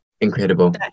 Incredible